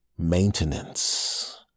maintenance